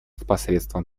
посредством